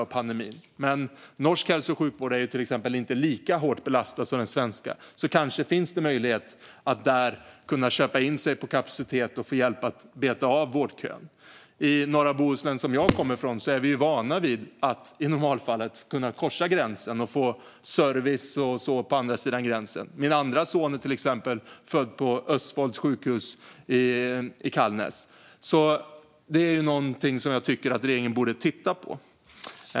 Men till exempel norsk hälso och sjukvård är inte lika hårt belastad som den svenska. Kanske finns det möjlighet att köpa in sig på kapacitet där och få hjälp att beta av vårdkön? I norra Bohuslän, som jag kommer från, är vi vana vid att i normalfallet kunna korsa gränsen och få service och sådant på andra sidan gränsen. Till exempel är min andra son född på sjukhuset Østfold i Kalnes. Det är något som jag tycker att regeringen borde titta på.